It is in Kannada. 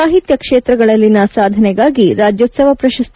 ಸಾಹಿತ್ಯ ಕ್ಷೇತ್ರಗಳಲ್ಲಿನ ಸಾಧನೆಗಾಗಿ ರಾಜ್ಯೋತ್ಲವ ಪ್ರಶಸ್ತಿ